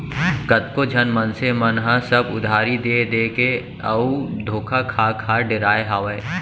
कतको झन मनसे मन ह सब उधारी देय देय के अउ धोखा खा खा डेराय हावय